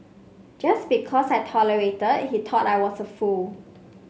just because I tolerated he thought I was a fool